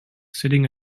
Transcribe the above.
sitting